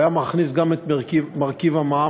הוא היה מכניס גם את מרכיב המע"מ,